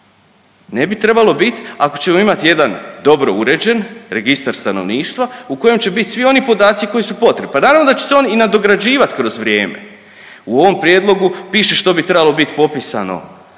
ne bi trebalo biti ako ćemo imati jedan dobro uređen registar stanovništva u kojem će biti svi oni podaci koji su potrebni. Pa naravno da će se on i nadograđivati kroz vrijeme. U ovom prijedlogu piše što bi trebalo bit popisano